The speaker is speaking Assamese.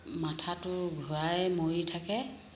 মাথাটো ঘূৰাই মৰি থাকে